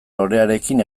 lorearekin